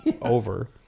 over